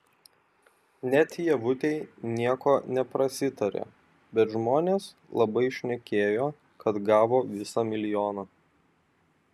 net ievutei nieko neprasitarė bet žmonės labai šnekėjo kad gavo visą milijoną